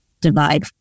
divide